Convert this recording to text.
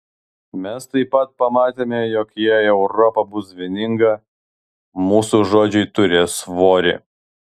mes taip pat pamatėme jog jei europa bus vieninga mūsų žodžiai turės svorį